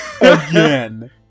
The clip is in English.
again